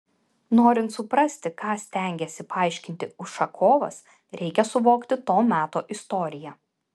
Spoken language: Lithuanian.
norint suprasti ką stengėsi paaiškinti ušakovas reikia suvokti to meto istoriją